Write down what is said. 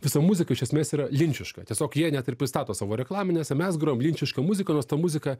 visa muzika iš esmės yra linčiška tiesiog jie net ir pristato savo reklaminėse mes grojam linčišką muziką nors ta muzika